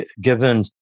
given